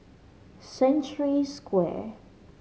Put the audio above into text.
Century Square